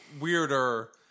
weirder